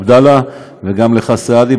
עבדאללה, וגם לך, סעדי.